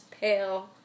pale